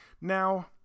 Now